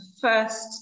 first